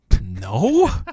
No